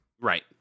Right